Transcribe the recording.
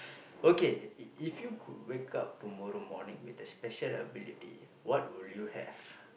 okay if if you could wake up tomorrow morning with a special ability what will you have